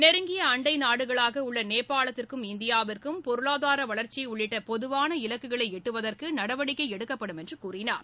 நெருங்கிய அண்டை நாடுகளாக உள்ள நேபாளத்திற்கும் இந்தியாவிற்கும் பொருளாதார வளர்ச்சி உள்ளிட்ட பொதுவான இலக்குகளை எட்டுவதற்கு நடவடிக்கை எடுக்கப்படும் என்று கூறினார்